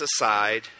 aside